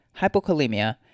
hypokalemia